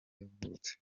yavutse